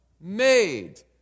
Made